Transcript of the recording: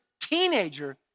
teenager